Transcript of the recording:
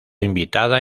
invitada